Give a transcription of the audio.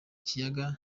kiyaga